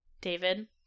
David